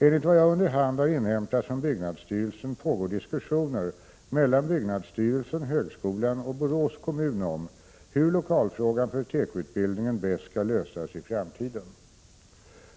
Enligt vad jag under hand har inhämtat från byggnadsstyrelsen pågår diskussioner mellan byggnadsstyrelsen, högskolan och Borås kommun om hur lokalfrågan för tekoutbildningen bäst skall lösas i framtiden.